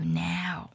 now